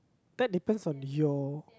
that depends on your